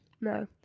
No